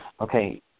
Okay